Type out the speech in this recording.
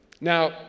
Now